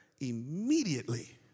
immediately